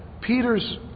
Peter's